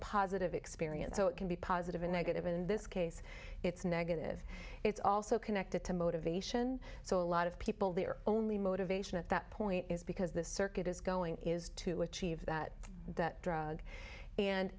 positive experience so it can be positive and negative in this case it's negative it's also connected to motivation so a lot of people the only motivation at that point is because this circuit is going is to achieve that drug and